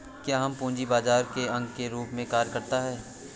क्या यह पूंजी बाजार के अंग के रूप में कार्य करता है?